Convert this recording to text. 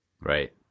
Right